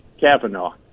Kavanaugh